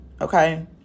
Okay